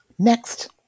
Next